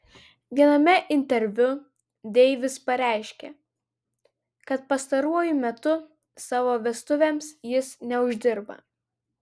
viename interviu deivis pareiškė kad pastaruoju metu savo vestuvėms jis neuždirba